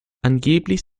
angeblich